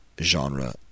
genre